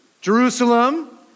Jerusalem